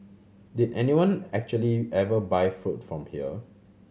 did anyone actually ever buy food from here